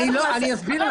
אני אסביר לך.